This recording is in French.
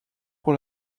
pour